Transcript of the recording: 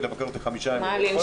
לבקר אותי במשך חמישה ימים ולחזור,